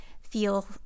feel